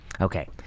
okay